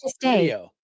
video